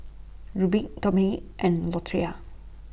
Rubie Dominque and Latoria